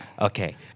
Okay